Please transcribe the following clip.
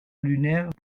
lunaire